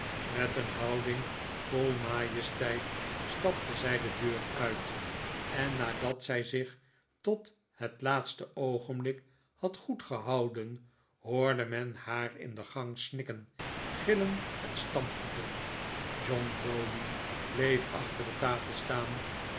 met een houding vol majesteit stapte zij de deur uit en nadat zij zich tot het laatste oogenblik had goedgehouden hoorde men haar in de gang snikken gillen en stampyoeten john browdie bleef achter de tafel staan